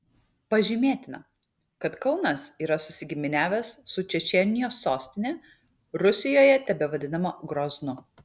pažymėtina kad kaunas yra susigiminiavęs su čečėnijos sostine rusijoje tebevadinama groznu